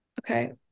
Okay